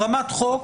ברמת חוק,